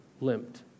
limped